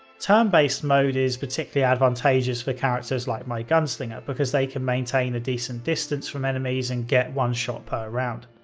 turn-based mode is particularly advantageous for characters like my gunslinger because they can maintain a decent distance from enemies and get one shot per round.